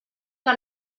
que